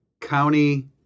County